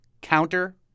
counter